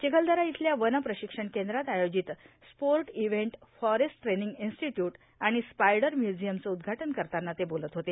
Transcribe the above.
चिखलदरा इथल्या वन प्रशिक्षण केंद्रात आयोजित sport event forest training institute आणि स्पायडर म्युझियमचं उद्घाटन करताना ते बोलत होते